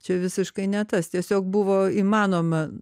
čia visiškai ne tas tiesiog buvo įmanoma